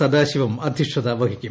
Sadasivam അധ്യക്ഷതവഹിക്കും